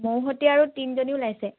মোৰ সৈতে আৰু তিনিজনী ওলাইছে